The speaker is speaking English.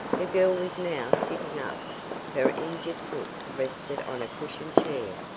the girl was now sitting up her injured foot rested on a cushioned chair,